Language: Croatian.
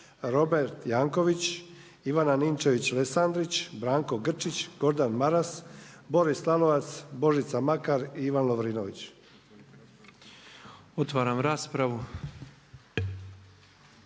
Robert Janković, Ivana Ninčević Lesandrić, Branko Grčić, Gordan Maras, Boris Lalovac, Božica Makar i Ivan Lovrinović. **Petrov,